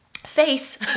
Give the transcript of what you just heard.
face